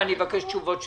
ואני מבקש תשובות מהממשלה.